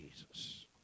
Jesus